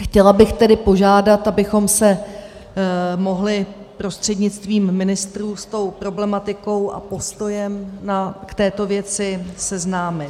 Chtěla bych tedy požádat, abychom se mohli prostřednictvím ministrů s tou problematikou a postojem k této věci seznámit.